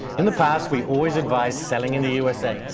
in the past, we've always advised selling in the usa,